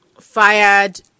Fired